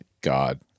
God